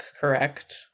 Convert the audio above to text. correct